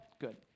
Good